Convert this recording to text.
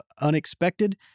Unexpected